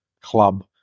club